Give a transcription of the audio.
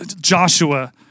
Joshua